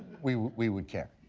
we we would care.